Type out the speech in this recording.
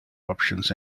options